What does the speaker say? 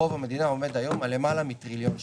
חוב המדינה עומד היום על למעלה מטריליון שקל.